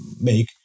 make